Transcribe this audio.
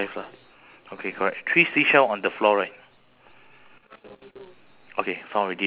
okay sh~ then should be done already ah